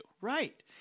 Right